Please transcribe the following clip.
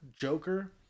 Joker